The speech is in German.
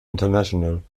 international